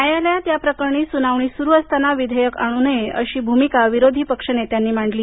न्यायालयात या प्रकरणी सुनावणी सुरू असताना विधेयक आणू नये अशी भूमिका विरोधी पक्षनेत्यांनी मांडली